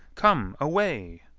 come, away!